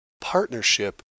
partnership